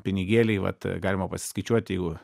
pinigėliai vat galima pasiskaičiuoti jeigu